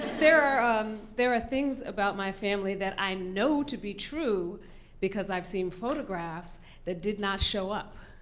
there are um there are things about my family that i know to be true because i've seen photographs that did not show up.